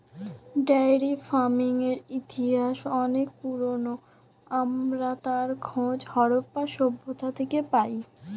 dairy ফার্মিংয়ের ইতিহাস অনেক পুরোনো, আমরা তার খোঁজ হারাপ্পা সভ্যতা থেকে পাই